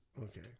Okay